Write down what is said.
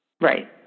Right